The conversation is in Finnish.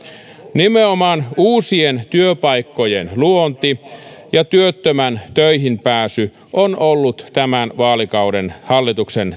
nimenomaan uusien työpaikkojen luonti ja työttömän töihin pääsy ovat olleet tämän vaalikauden hallituksen